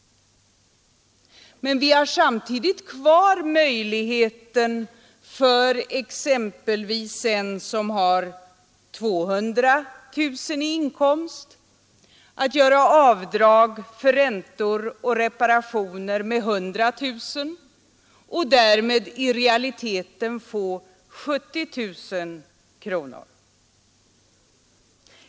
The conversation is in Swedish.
Samtidigt kvarstår emellertid möjligheten för exempelvis en person som har 200 000 kronor i inkomst att göra avdrag för räntor och reparationer med 100 000 kronor och att därmed i realiteten få en skattevinst på 70 000 kronor.